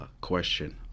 question